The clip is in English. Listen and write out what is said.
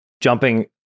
jumping